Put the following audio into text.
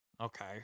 Okay